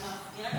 תראה את התחקיר.